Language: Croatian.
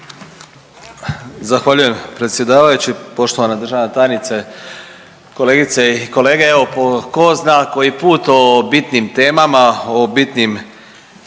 Zahvaljujem predsjedavajući, poštovana državna tajnice, kolegice i kolege. Evo po ko zna koji put o bitnim temama, o bitnim